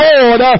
Lord